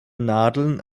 nadeln